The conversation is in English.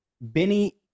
Benny